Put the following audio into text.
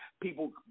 People